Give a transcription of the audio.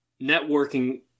networking